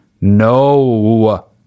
no